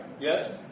Yes